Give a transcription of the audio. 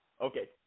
Okay